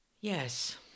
Yes